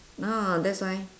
ah that's why